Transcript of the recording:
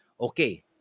Okay